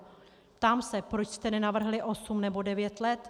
Ptám se, proč jste nenavrhli osm nebo devět let?